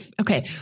Okay